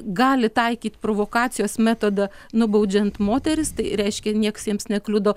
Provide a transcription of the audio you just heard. gali taikyt provokacijos metodą nubaudžiant moteris tai reiškia niekas jiems nekliudo